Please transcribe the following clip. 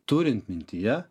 turint mintyje